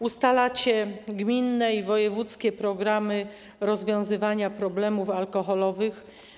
Ustalacie gminne i wojewódzkie programy rozwiązywania problemów alkoholowych.